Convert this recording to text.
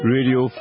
Radio